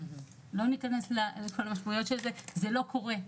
לא ניכנס לכל המשמעויות של זה, זה לא קורה.